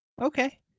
Okay